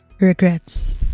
regrets